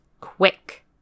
quick